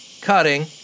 cutting